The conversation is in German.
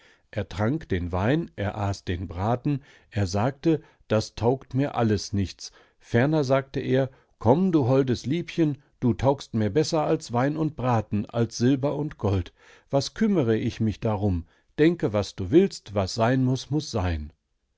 er trank den wein er aß den braten er sagte das taugt mir alles nichts ferner sagte er komm du holdes liebchen du taugst mir besser als wein und braten als silber und gold was kümmere ich mich darum denke was du willst was sein muß muß sein